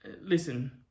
Listen